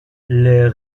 les